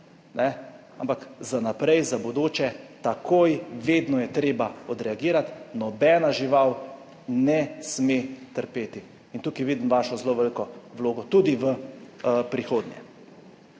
ampak za naprej, za v bodoče, takoj, vedno je treba odreagirati, nobena žival ne sme trpeti in tukaj vidim vašo zelo veliko vlogo tudi v prihodnje.